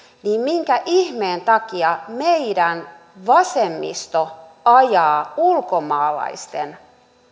niin minkä ihmeen takia meidän vasemmisto ajaa ulkomaalaisten